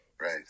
Right